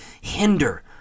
hinder